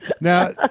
Now